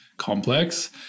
complex